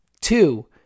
Two